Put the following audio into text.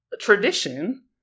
tradition